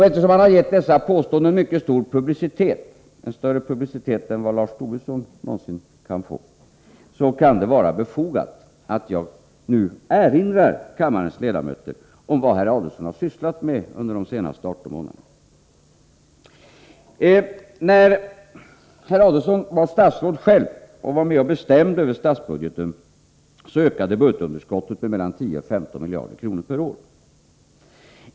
Eftersom han gett dessa påståenden mycket stor publicitet — större publicitet än Lars Tobisson någonsin kan få — kan det vara befogat att jag nu erinrar kammarens ledamöter om vad Ulf Adelsohn har sysslat med de senaste 18 månaderna. När herr Adelsohn var statsråd och själv var med och bestämde över statsbudgeten ökade budgetunderskottet med mellan 10 och 15 miljarder kronor per år.